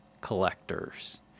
collectors